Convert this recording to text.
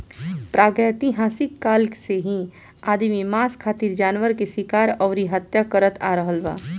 प्रागैतिहासिक काल से ही आदमी मांस खातिर जानवर के शिकार अउरी हत्या करत आ रहल बा